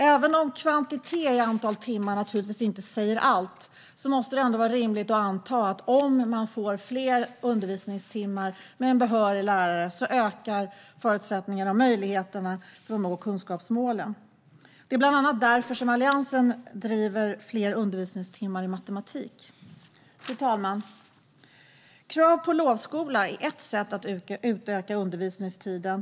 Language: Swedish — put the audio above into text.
Även om kvantitet i antal timmar inte säger allt måste det ändå vara rimligt att anta att om eleverna får fler undervisningstimmar med en behörig lärare ökar förutsättningarna och möjligheterna att nå kunskapsmålen. Det är bland annat därför som Alliansen driver frågan om fler undervisningstimmar i matematik. Fru talman! Krav på lovskola är ett sätt att utöka undervisningstiden.